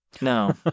No